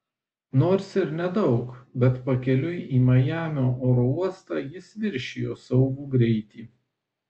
nors ir nedaug bet pakeliui į majamio oro uostą jis viršijo saugų greitį